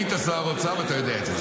היית שר אוצר ואתה יודע את זה.